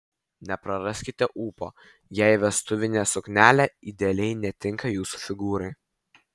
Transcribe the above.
nepraraskite ūpo jei vestuvinė suknelė idealiai netinka jūsų figūrai